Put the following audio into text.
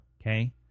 Okay